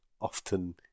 often